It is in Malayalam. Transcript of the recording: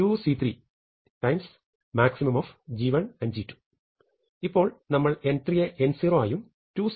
ഇപ്പോൾ നമ്മൾ n3 യെ n0 ആയും 2